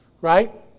Right